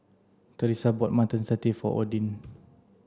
Teresa bought mutton satay for Odin